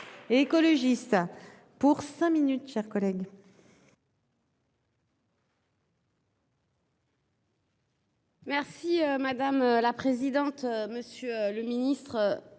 Madame la présidente. Monsieur le Ministre.